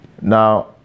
now